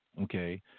okay